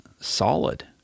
solid